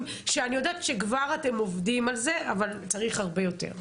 שאני יודעת שכבר אתם עובדים על זה אבל צריך הרבה יותר.